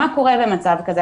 מה קורה במצב כזה.